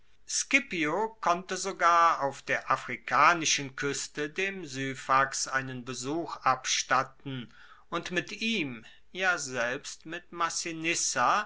scipio konnte sogar auf der afrikanischen kueste dem syphax einen besuch abstatten und mit ihm ja selbst mit